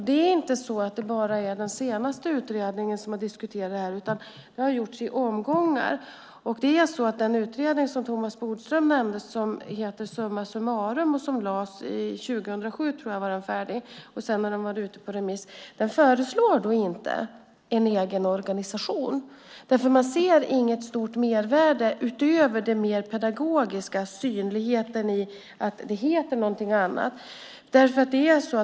Det är inte så att det bara är den senaste utredningen som har diskuterat detta, utan det har gjorts i omgångar. Den utredning som Thomas Bodström nämnde, Summa summarum , blev färdig 2007 och var sedan ute på remiss. Den föreslog inte en egen organisation, därför att man såg inget stort mervärde utöver det mer pedagogiska i att den heter något annat.